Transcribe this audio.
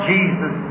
Jesus